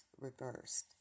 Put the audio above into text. reversed